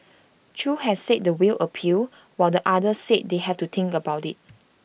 chew has said the will appeal while the other said they have to think about IT